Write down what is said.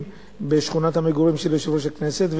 בשכונת המגורים של יושב-ראש הכנסת,